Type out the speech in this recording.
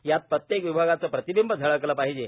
यात प्रत्येक विभागाचं प्रतिबिंब झळकलं पाहिजे